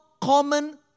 common